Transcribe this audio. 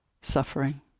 suffering